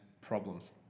problems